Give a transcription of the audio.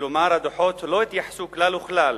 כלומר, הדוחות לא התייחסו כלל וכלל